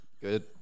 Good